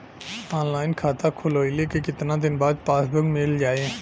Online खाता खोलवईले के कितना दिन बाद पासबुक मील जाई?